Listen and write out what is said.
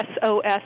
SOS